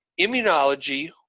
Immunology